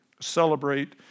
celebrate